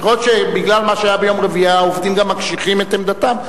יכול להיות שבגלל מה שהיה ביום רביעי העובדים גם מקשיחים את עמדתם.